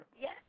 Yes